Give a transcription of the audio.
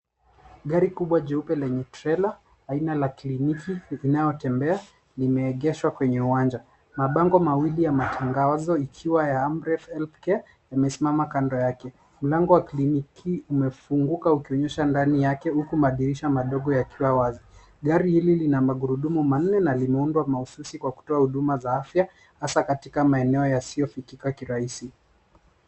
Gari kubwa jeupe lenye trela aina la kliniki inayotembea limeegeshwa kwenye uwanja. Mabango mawili ya matangazo ikiwa ya Amref Healthcare yamesimama kando yake. Mlango wa kliniki umefunguka ukionyesha ndani yake uku madirisha madogo yakiwa wazi. Gari hili lina magurudumu manne na limeundwa mahususi kwa kutoa huduma za afya hasa katika maeneo yasiyo fikika kirahisi.